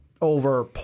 over